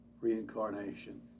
reincarnation